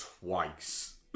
twice